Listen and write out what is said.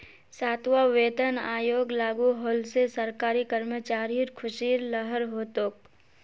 सातवां वेतन आयोग लागू होल से सरकारी कर्मचारिर ख़ुशीर लहर हो तोक